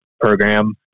program